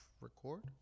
record